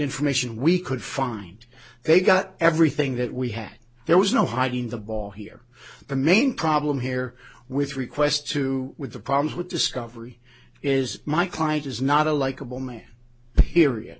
information we could find they got everything that we had there was no hiding the ball here the main problem here with requests to with the problems with discovery is my client is not a likeable man